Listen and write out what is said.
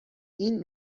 این